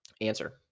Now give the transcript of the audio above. Answer